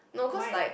why